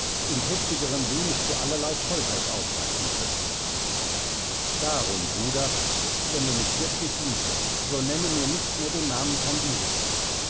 im heftigeren weh mich zu allerlei tollheit aufreizen könnte darum bruder wenn du mich wirklich lieb hast so nenne mir nicht mehr den namen candida